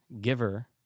Giver